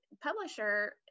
publisher